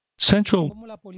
Central